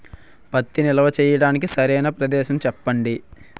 పత్తి నిల్వ చేయటానికి సరైన ప్రదేశం చెప్పండి?